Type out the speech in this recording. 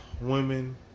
women